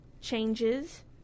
Changes